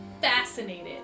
fascinated